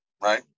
Right